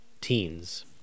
teens